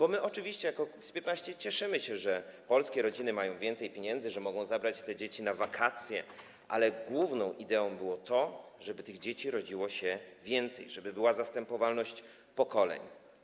Oczywiście jako Kukiz’15 cieszymy się, że polskie rodziny mają więcej pieniędzy, że mogą zabrać dzieci na wakacje, ale główną ideą było to, żeby tych dzieci rodziło się więcej, żeby była zastępowalność pokoleń.